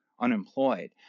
unemployed